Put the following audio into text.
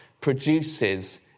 produces